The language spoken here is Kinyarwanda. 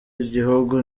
igihugu